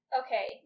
okay